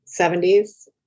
70s